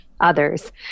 others